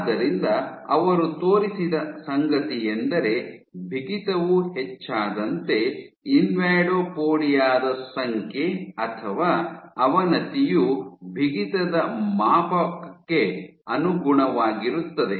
ಆದ್ದರಿಂದ ಅವರು ತೋರಿಸಿದ ಸಂಗತಿಯೆಂದರೆ ಬಿಗಿತವು ಹೆಚ್ಚಾದಂತೆ ಇನ್ವಾಡೋಪೊಡಿಯಾ ದ ಸಂಖ್ಯೆ ಅಥವಾ ಅವನತಿಯು ಬಿಗಿತದ ಮಾಪಕಕ್ಕೆ ಅನುಗುಣವಾಗಿರುತ್ತದೆ